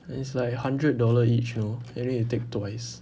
and it's like hundred dollar each you know and you need to take twice